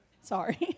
Sorry